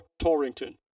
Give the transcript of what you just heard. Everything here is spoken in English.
Torrington